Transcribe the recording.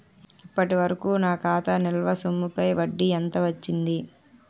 ఇప్పటి వరకూ నా ఖాతా నిల్వ సొమ్ముపై వడ్డీ ఎంత వచ్చింది?